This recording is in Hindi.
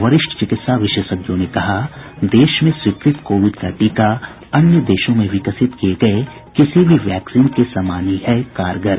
वरिष्ठ चिकित्सा विशेषज्ञों ने कहा देश में स्वीकृत कोविड का टीका अन्य देशों में विकसित किये गए किसी भी वैक्सीन के समान ही है कारगर